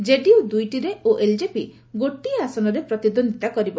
JDU ଦୁଇଟିରେ ଓ LJP ଗୋଟିଏ ଆସନରେ ପ୍ରତିଦ୍ୱନ୍ଦିତା କରିବ